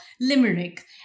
limerick